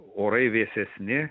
orai vėsesni